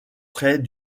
près